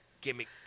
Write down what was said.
gimmick